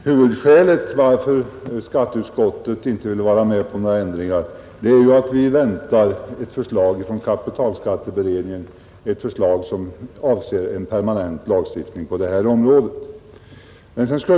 Herr talman! Huvudskälet till att skatteutskottet inte vill tillstyrka ändringar är att vi från kapitalskatteberedningen väntar ett förslag som avser permanent lagstiftning på detta område.